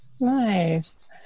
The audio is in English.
Nice